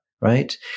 right